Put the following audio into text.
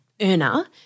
earner